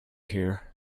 here